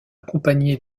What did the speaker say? accompagnée